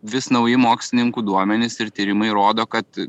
vis nauji mokslininkų duomenys ir tyrimai rodo kad